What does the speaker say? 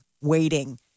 waiting